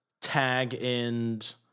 tag-end